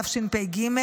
תשפ"ג,